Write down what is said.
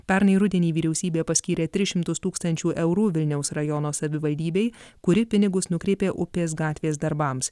pernai rudenį vyriausybė paskyrė tris šimtus tūkstančių eurų vilniaus rajono savivaldybei kuri pinigus nukreipė upės gatvės darbams